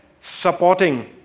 supporting